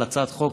על הצעת החוק.